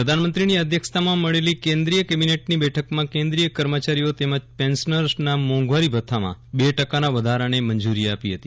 એ વધારો પ્રધાનમંત્રીની અધ્યક્ષતામાં મળેલો કેન્દ્રીય કેબીનેટની બેઠકમાં કેન્દ્રીય કર્મચારીઓ તેમજ પેન્શનર્સના મોંઘવારી ભથ્થામાં બે ટકાના વધારા ને મંજુરી આપી હતી